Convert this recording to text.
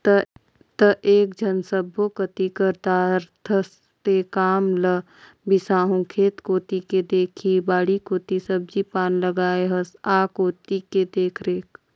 त एकेझन सब्बो कति कर दारथस तें काम ल बिसाहू खेत कोती के देखही बाड़ी कोती सब्जी पान लगाय हस आ कोती के देखरेख